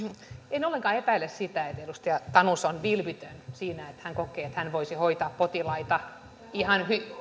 en ollenkaan epäile sitä että edustaja tanus on vilpitön siinä että hän kokee että hän voisi hoitaa potilaita ihan